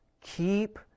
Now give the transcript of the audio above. keep